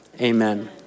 Amen